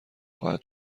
خواهد